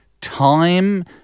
time